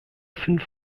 fünf